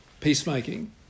peacemaking